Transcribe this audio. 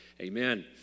Amen